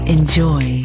Enjoy